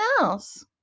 else